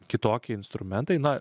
kitokie instrumentai na